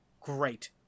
great